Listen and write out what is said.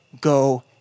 go